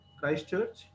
Christchurch